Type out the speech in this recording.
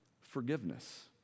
forgiveness